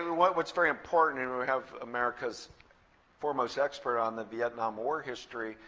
what's very important, and we have america's foremost expert on the vietnam war history,